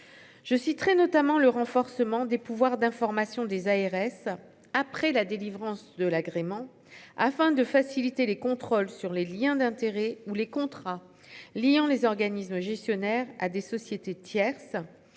Je suis très notamment le renforcement des pouvoirs d'information des ARS après la délivrance de l'agrément afin de faciliter les contrôles sur les Liens d'intérêts ou les contrats liant les organismes gestionnaires à des sociétés tierces